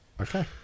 Okay